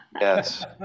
Yes